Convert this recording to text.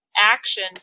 action